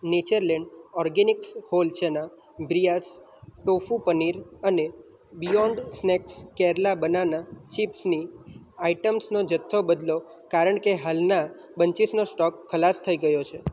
Natureland organics whole chana બ્રીયાસ tofu paneer અને beyond snack Kerala banana ચિપ્સની આઈટમ્સનો જથ્થો બદલો કારણકે હાલના બંચીસનો સ્ટોક ખલાસ થઈ ગયો છે